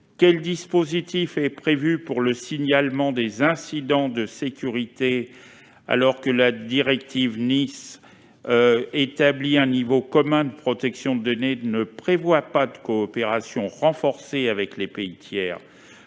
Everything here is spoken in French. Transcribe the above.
Quel dispositif est prévu pour le signalement des incidents de sécurité, alors que la directive NIS- , qui établit un niveau commun de protection des données, ne prévoit pas de coopération renforcée avec les pays tiers ?